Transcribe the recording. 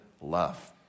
love